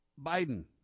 Biden